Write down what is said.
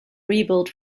rebuild